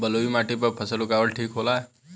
बलुई माटी पर फसल उगावल ठीक होला?